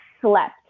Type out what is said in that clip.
slept